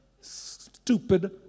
Stupid